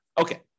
Okay